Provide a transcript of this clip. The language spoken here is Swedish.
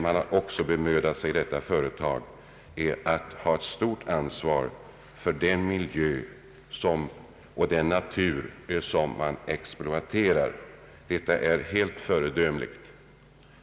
Man har också i detta företag bemödat sig om att ha stort ansvar för den miljö och den natur man exploaterar. Detta är helt föredömligt.